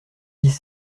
dix